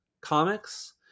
comics